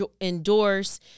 endorse